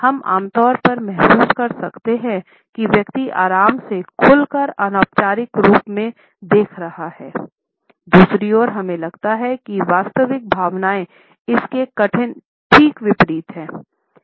हम आम तौर पर महसूस कर सकते हैं कि व्यक्ति आराम से खुला कर अनौपचारिक रूप में देख रहा है दूसरी ओर हमें लगता है कि वास्तविक भावनाएं इसके ठीक विपरीत हैं